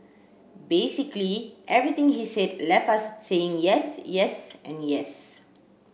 basically everything he said left us saying yes yes and yes